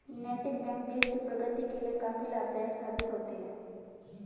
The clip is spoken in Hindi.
नैतिक बैंक देश की प्रगति के लिए काफी लाभदायक साबित होते हैं